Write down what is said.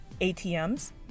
atms